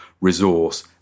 resource